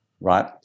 right